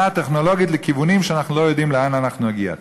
הטכנולוגית לכיוונים שאנחנו לא יודעים לאן אנחנו נגיע.